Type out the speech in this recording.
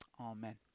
Amen